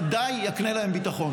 ודאי יקנה להם ביטחון.